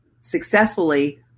successfully